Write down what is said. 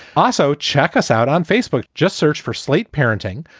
also, check us out on facebook. just search for slate parenting.